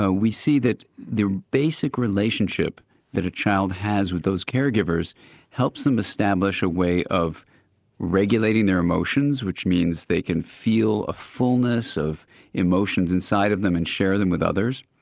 ah we see that the basic relationship that a child has with those care givers helps them establish a way of regulating their emotions which means they can feel a fullness of emotions inside of them and share them with others.